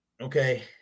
Okay